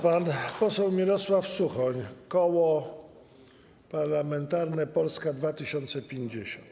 Pan poseł Mirosław Suchoń, Koło Parlamentarne Polska 2050.